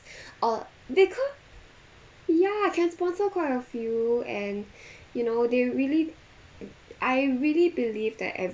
oh they can't ya can sponsor quite a few and you know they really I really believe that